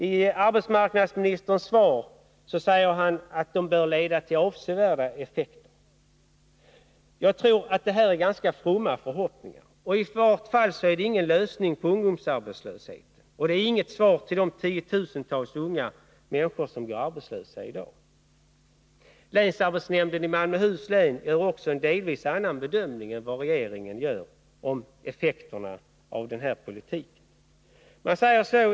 I sitt svar säger arbetsmarknadsministern att de bör leda till avsevärda effekter. Jag tror att detta är fromma förhoppningar. I vart fall medför åtgärderna ingen lösning av problemen när det gäller ungdomsarbetslösheten, och de innebär inget svar på kraven från de tiotusentals unga människor som går arbetslösa i dag. Länsarbetsnämnden i Malmöhus län gör också en delvis annan bedömning än den regeringen gör om effekterna av den här politiken.